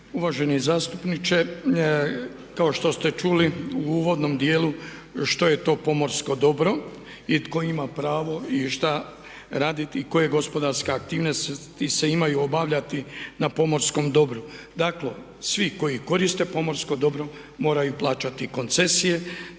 Uvaženi zastupniče kao što ste čuli u uvodnom dijelu što je to pomorsko dobro i tko ima pravo i šta raditi i koje gospodarske aktivnosti se imaju obavljati na pomorskom dobru. Dakle svi koji koriste pomorsko dobro moraju i plaćati koncesije.